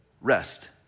rest